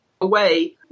away